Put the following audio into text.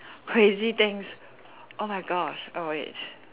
crazy things oh my gosh oh wait